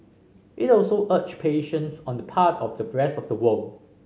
it also urged patience on the part of the rest of the world